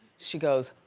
she goes,